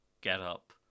getup